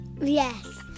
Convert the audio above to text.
Yes